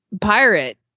pirate